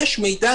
יש מידע